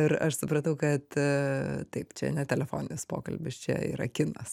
ir aš supratau kad taip čia ne telefoninis pokalbis čia yra kinas